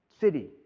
city